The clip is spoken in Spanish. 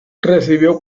recibió